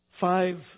Five